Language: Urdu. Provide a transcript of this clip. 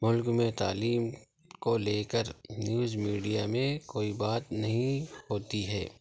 ملک میں تعلیم کو لے کر نیوز میڈیا میں کوئی بات نہیں ہوتی ہے